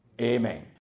Amen